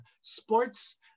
sports